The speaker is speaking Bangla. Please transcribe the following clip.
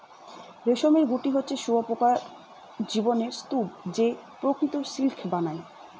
রেশমের গুটি হচ্ছে শুঁয়োপকার জীবনের স্তুপ যে প্রকৃত সিল্ক বানায়